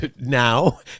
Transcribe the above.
now